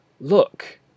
look